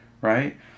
Right